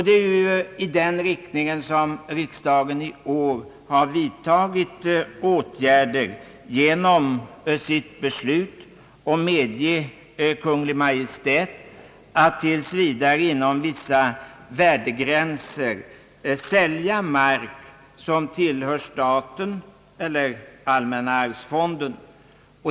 Det är i den riktningen som riksdagen i år har vidtagit åtgärder genom sitt beslut att medge Kungl. Maj:t att tills vidare inom vissa värdegränser sälja mark som tillhör staten eller allmänna arvsfonden.